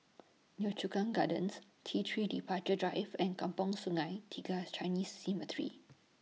Yio Chu Kang Gardens T three Departure Drive and Kampong Sungai Tiga Chinese Cemetery